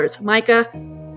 Micah